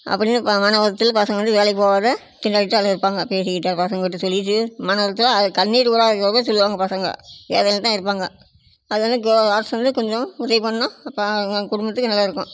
அப்படின்னு இப்போ மன உளச்சல்ல பசங்க வந்து வேலைக்கு போவாம திண்டாடிக்கிட்டு தான் எல்லாம் இருப்பாங்க பேசிக்கிட்டு பசங்க கிட்டே சொல்லிக்கிட்டு மன உளச்சல்ல ஆக கண்ணீர் வராத குறையா சொல்வாங்க பசங்க வேதனையில் தான் இருப்பாங்க அது வந்து க அரசு வந்து கொஞ்சம் உதவி பண்ணால் ப அவங்க குடும்பத்துக்கு நல்லா இருக்கும்